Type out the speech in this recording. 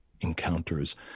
encounters